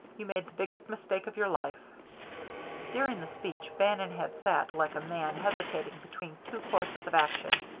you made the biggest mistake of your life during the speech bannon had sat like a man hesitating between two courses of action.